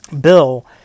Bill